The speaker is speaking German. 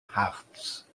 harz